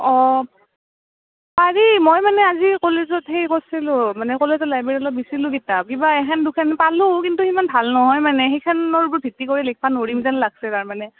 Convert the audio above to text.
অঁ পাৰি মই মানে আজি কলেজত হেই কচ্ছিলোঁ মানে কলেজৰ লাইব্ৰেৰীত অলপ বিচৰিছিলোঁ কিতাপ কিবা এখেন দুখেন পালোঁ কিন্তু ইমান ভাল নহয় মানে সেইখনৰ ওপ্ৰত ভিত্তি কৰি লিখবা নৰিম যেন লাগ্ছে তাৰ মানে